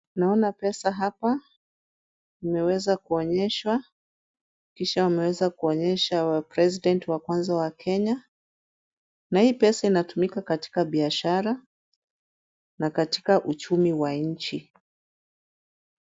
Naona pesa hapa zimeweza kuonyeshwa kisha wameweza kuonyesha president wa kwanza wa Kenya na hii pesa inatumika katika biashara na katika uchumi wa nchi.